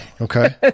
Okay